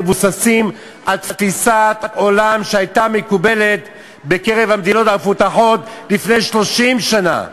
מבוססת על תפיסת עולם שהייתה מקובלת במדינות המפותחות לפני 30 שנה.